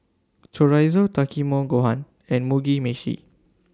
Chorizo Takikomi Gohan and Mugi Meshi